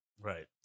Right